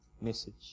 message